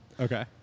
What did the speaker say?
Okay